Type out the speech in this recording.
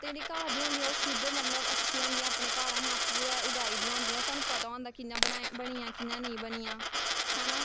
जेह्ड़ियां घर दियां होंदियां ओह् शुद्ध मतलब अच्छियां होंदियां अपने घर असें आपूं गै उगाई दियां होंदियां ओह् सानूं पता होंदा किन्ना बना बनियां कि'यां नेईं बनियां है ना